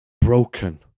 broken